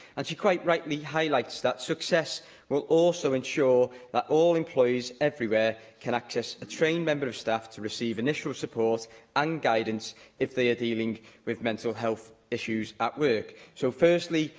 and she quite rightly highlights that success will also ensure that all employees everywhere can access a trained member of staff to receive initial support and guidance if they are dealing with mental health issues at work. so, firstly,